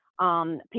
People